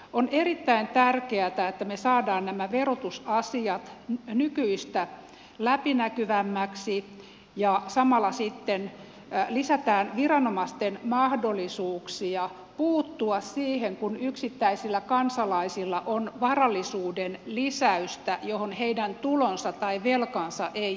on erittäin tärkeätä että me saamme nämä verotusasiat nykyistä läpinäkyvämmiksi ja samalla sitten lisäämme viranomaisten mahdollisuuksia puuttua siihen kun yksittäisillä kansalaisilla on varallisuuden lisäystä jota heidän tulonsa tai velkansa ei edellytä